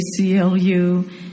ACLU